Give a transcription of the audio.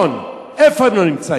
בכיכר-ציון, איפה הם לא נמצאים.